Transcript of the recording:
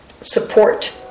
support-